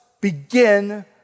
begin